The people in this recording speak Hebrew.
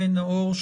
נאור,